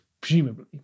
Presumably